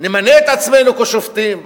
נמנה את עצמנו לשופטים,